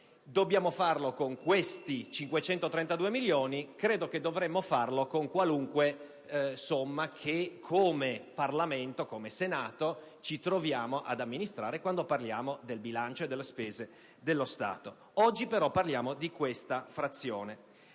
Dobbiamo farlo con questi 532 milioni e credo che dovremmo farlo con qualunque somma che come Parlamento e come Senato ci troviamo ad amministrare quando parliamo del bilancio e delle spese dello Stato. Oggi, però, parliamo di questa frazione: